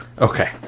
Okay